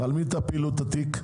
על מי תפילו את התיק?